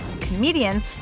comedians